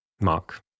Mark